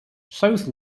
south